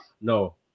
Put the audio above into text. no